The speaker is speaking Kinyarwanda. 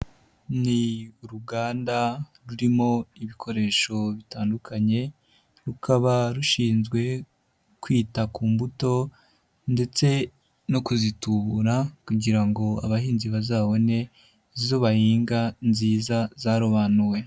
Ni uruganda rurimo ibikoresho bitandukanye rukaba rushinzwe kwita ku mbuto ndetse no kuzitubura kugira ngo abahinzi bazabone izo bahinga nziza zarobanuwe.